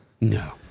no